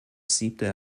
siebte